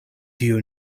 tiu